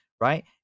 right